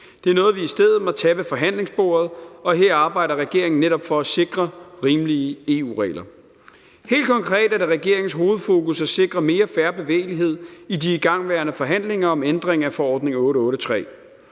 Det er noget, vi i stedet må tage ved forhandlingsbordet, og her arbejder regeringen netop for at sikre rimelige EU-regler. Helt konkret er det regeringens hovedfokus at sikre mere fair bevægelighed i de igangværende forhandlinger om ændring af forordning 883